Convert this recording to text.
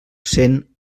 cent